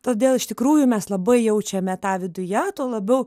todėl iš tikrųjų mes labai jaučiame tą viduje tuo labiau